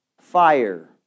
Fire